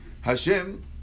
Hashem